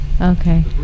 Okay